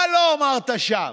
מה לא אמרת שם?